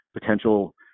potential